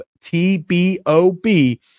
T-B-O-B